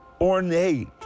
ornate